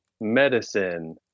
medicine